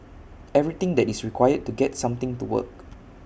everything that is required to get something to work